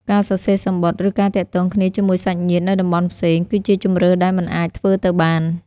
ការសរសេរសំបុត្រ ឬការទាក់ទងគ្នាជាមួយសាច់ញាតិនៅតំបន់ផ្សេង គឺជាជម្រើសដែលមិនអាចធ្វើទៅបាន។